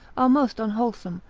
are most unwholesome,